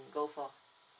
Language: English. go for